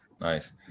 nice